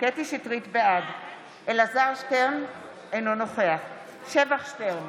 בעד אלעזר שטרן, אינו נוכח שבח שטרן,